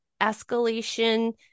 escalation